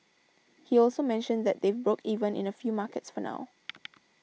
he also mentioned that they've broke even in a few markets for now